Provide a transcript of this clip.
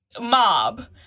mob